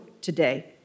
today